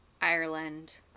Ireland